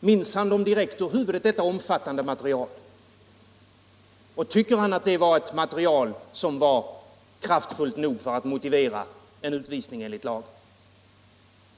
Minns han direkt ur huvudet detta omfattande material? Och tycker han att det var ett material som var starkt nog för att motivera en utvisning enligt lagen?